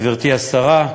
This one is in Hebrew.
גברתי השרה,